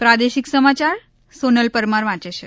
પ્રાદેશિક સમાચાર સોનલ પરમાર વાંચે છે